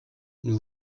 nous